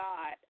God